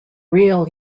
real